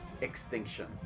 extinction